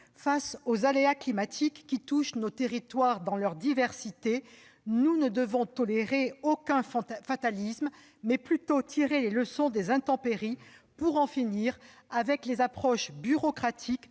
face aux aléas climatiques qui touchent nos territoires dans leur diversité, nous ne devons tolérer aucun fatalisme. Nous devons plutôt tirer les leçons des intempéries pour en finir avec les approches bureaucratiques